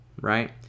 right